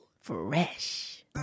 Fresh